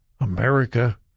America